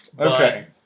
Okay